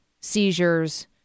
seizures